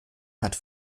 hat